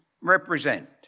represent